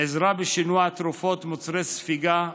עזרה בשינוע תרופות ומוצרי ספיגה,